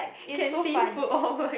it's so fun